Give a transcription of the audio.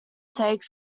takes